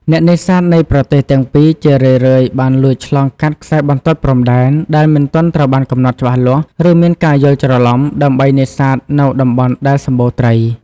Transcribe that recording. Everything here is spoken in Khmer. អ្នកនេសាទនៃប្រទេសទាំងពីរជារឿយៗបានលួចឆ្លងកាត់ខ្សែបន្ទាត់ព្រំដែន ដែលមិនទាន់ត្រូវបានកំណត់ច្បាស់លាស់ ឬមានការយល់ច្រឡំ ដើម្បីនេសាទនៅតំបន់ដែលសម្បូរត្រី។